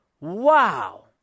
Wow